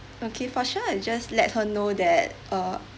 okay for sure we just let her know that uh